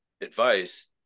advice